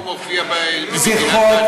איפה הוא מופיע, שוויון.